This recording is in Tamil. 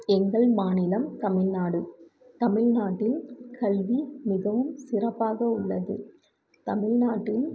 எங்கள் மாநிலம் தமிழ்நாடு தமிழ்நாட்டில் கல்வி மிகவும் சிறப்பாக உள்ளது தமிழ்நாட்டின்